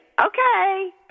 okay